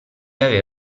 avere